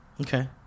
Okay